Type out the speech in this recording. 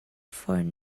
for